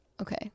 Okay